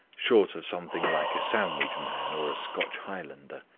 short of something like a sandwich man or a scotch highlander.